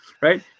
right